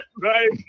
right